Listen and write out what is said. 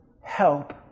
help